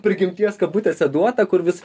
prigimties kabutėse duota kur vis